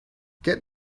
get